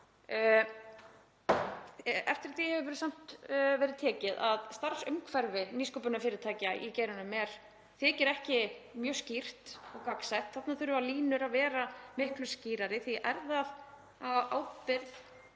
Eftir því hefur samt verið tekið að starfsumhverfi nýsköpunarfyrirtækja í geiranum þykir ekki mjög skýrt og gagnsætt, þarna þurfa línur að vera miklu skýrari. Er það á ábyrgð